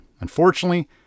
Unfortunately